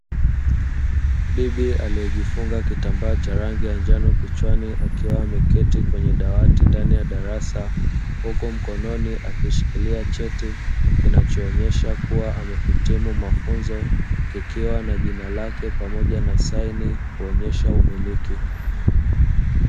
Bibi aliyejifunga kitambaa cha rangi ya njano kichwani, akiwa ameketi kwenye dawati ndani ya darasa, huku mkononi akishikilia cheti kinachoonyesha kuwa amehitimu mafunzo, kikiwa na jina lake pamoja na saini kuonyesha umiliki.